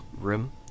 room